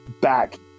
back